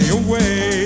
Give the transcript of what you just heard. away